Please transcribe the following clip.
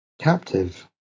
captive